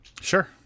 Sure